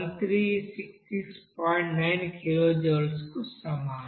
9 kilojoules కు సమానం